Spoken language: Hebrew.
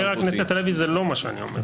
חבר הכנסת הלוי, זה לא מה שאני אומר.